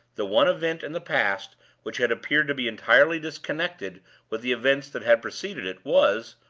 the one event in the past which had appeared to be entirely disconnected with the events that had preceded it was,